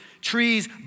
Trees